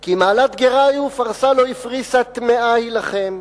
כי מעלת גרה היא ופרסה לא הפריסה טמאה היא לכם.